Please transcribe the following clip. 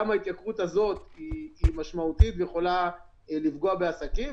גם ההתייקרות הזאת היא משמעותית והיא יכולה לפגוע בעסקים,